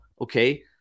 Okay